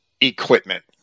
equipment